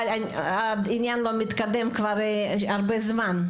אבל העניין לא מתקדם כבר הרבה זמן.